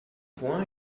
point